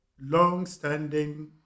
long-standing